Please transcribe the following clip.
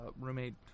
roommate